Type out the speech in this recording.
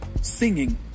singing